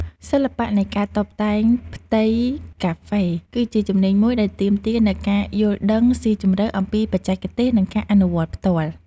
សិល្បៈនៃការតុបតែងផ្ទៃកាហ្វេ គឺជាជំនាញមួយដែលទាមទារនូវការយល់ដឹងស៊ីជម្រៅអំពីបច្ចេកទេស និងការអនុវត្តផ្ទាល់។